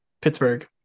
pittsburgh